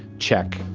check,